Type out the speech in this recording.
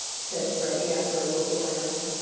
said freddie, after a look around.